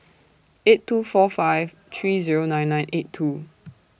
eight two four five three Zero nine nine eight two